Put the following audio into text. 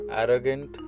arrogant